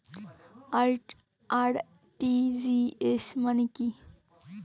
RTGS মানে কি?